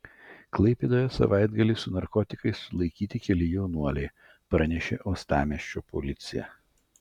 klaipėdoje savaitgalį su narkotikais sulaikyti keli jaunuoliai pranešė uostamiesčio policija